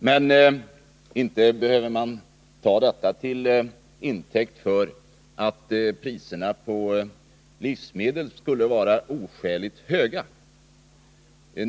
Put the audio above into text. Men inte behöver man ta detta till intäkt för att priserna på livsmedel skulle vara oskäligt höga.